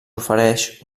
ofereix